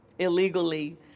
illegally